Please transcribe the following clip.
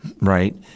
right